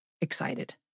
excited